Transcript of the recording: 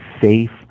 safe